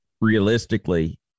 realistically